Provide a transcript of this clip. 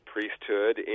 priesthood